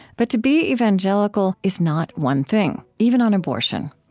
but to be evangelical is not one thing, even on abortion.